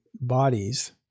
bodies